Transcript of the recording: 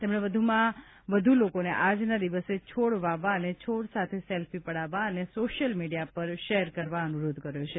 તેમણે વધુમાં વધુ લોકોને આજના દિવસે છોડ વાવવા અને છોડ સાથે સેલ્ફી પડાવવા અને સોશ્યલ મીડિયા પર શેર કરવા અનુરોધ કર્યો છે